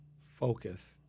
focus